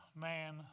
man